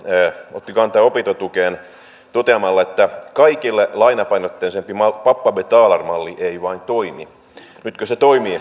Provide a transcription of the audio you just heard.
otti kantaa opintotukeen toteamalla että kaikille lainapainotteisempi pappa betalar malli ei vain toimi nytkö se toimii